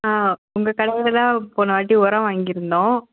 ஆ உங்கள் கடையில் தான் போன வாட்டி உரம் வாங்கி இருந்தோம்